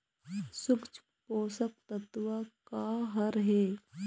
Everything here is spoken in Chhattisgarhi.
सूक्ष्म पोषक तत्व का हर हे?